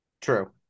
True